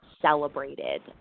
celebrated